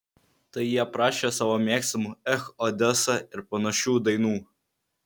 tai jie prašė savo mėgstamų ech odesa ir panašių dainų